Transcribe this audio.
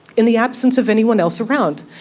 in the absence of anyone else around.